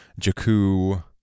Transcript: Jakku